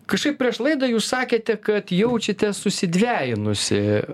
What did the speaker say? kažkaip prieš laidą jūs sakėte kad jaučiatės susidvejinusi